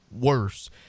worse